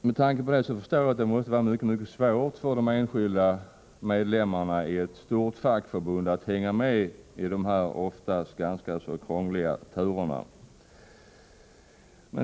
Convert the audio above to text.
Med tanke på detta förstår man att det måste vara mycket svårt för de enskilda medlemmarna i ett stort fackförbund att hänga med i de ofta ganska så krångliga turerna.